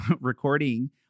recording